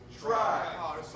Try